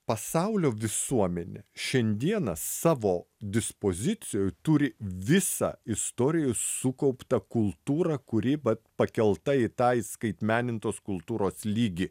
pasaulio visuomenė šiandieną savo dispozicijoj turi visą istorijoj sukauptą kultūrą kuri vat pakelta į tą įskaitmenintos kultūros lygį